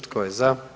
Tko je za?